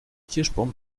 kirschbaum